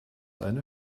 eine